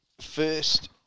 First